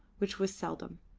which was seldom,